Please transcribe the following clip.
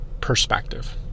perspective